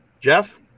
Jeff